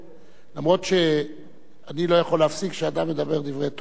למרות שאני לא יכול להפסיק כשאדם מדבר דברי תורה.